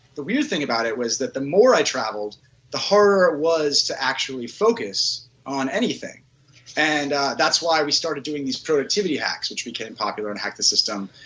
the real thing about it was that the more i traveled the horror it was to actually focus on anything and that's why we started doing this productivity hacks which we can park around hack the system,